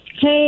Hey